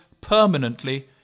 permanently